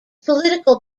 political